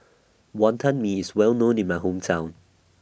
Wantan Mee IS Well known in My Hometown